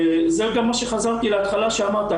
וזה גם מה שחזרתי להתחלה שאמרת.